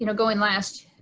you know going last,